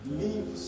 leave